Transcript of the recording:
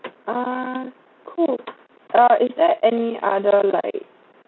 uh cool uh is there any other like